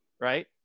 right